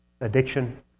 addiction